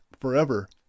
forever